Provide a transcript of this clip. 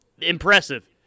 impressive